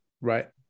Right